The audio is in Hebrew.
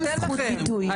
גם זכות ביטוי.